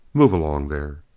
move along there!